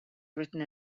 written